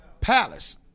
Palace